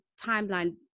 timeline